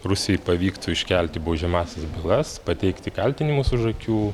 rusijai pavyktų iškelti baudžiamąsias bylas pateikti kaltinimus už akių